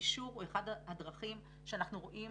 גישור הוא אחת הדרכים שאנחנו רואים